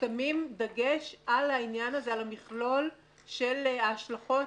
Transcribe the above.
שמים דגש על העניין הזה, על המכלול של ההשלכות.